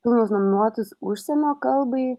nors nominuotus užsienio kalbai